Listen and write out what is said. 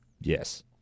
Yes